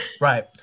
Right